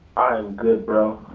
good, bro,